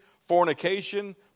fornication